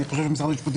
אני חושב שמשרד המשפטים